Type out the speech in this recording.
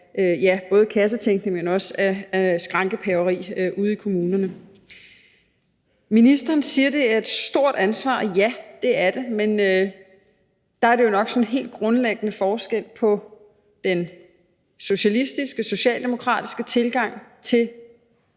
både kassetænkning, men også af skrankepaveri ude i kommunerne. Ministeren siger, det er et stort ansvar, og ja, det er det, men der er der jo nok sådan helt grundlæggende forskel på den socialistiske, socialdemokratiske tilgang til